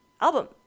album